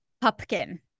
Pumpkin